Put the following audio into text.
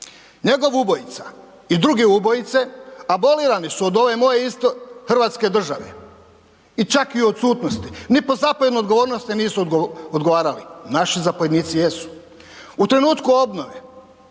Njegov ubojica i druge ubojice, abolirani su od ove moje isto hrvatske države. I čak i u odsutnosti. Ni po zapovjednoj odgovornost nisu odgovarali. Naši zapovjednici jesu. U trenutku obnove,